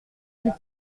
dit